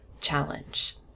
challenge